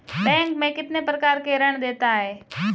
Bank कितने प्रकार के ऋण देता है?